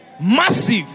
Massive